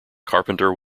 carpenter